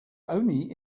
only